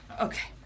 Okay